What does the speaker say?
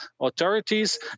authorities